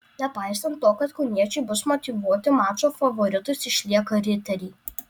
nepaisant to kad kauniečiai bus motyvuoti mačo favoritais išlieka riteriai